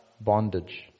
bondage